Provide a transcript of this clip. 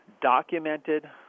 documented